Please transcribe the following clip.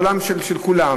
בעולם של כולם,